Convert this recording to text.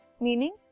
meaning